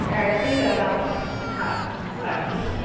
ऐं ठीकु आहे तव्हां हा हा ठीकु आहे